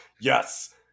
Yes